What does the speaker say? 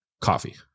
coffee